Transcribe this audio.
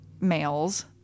males